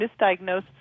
misdiagnosed